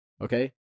Okay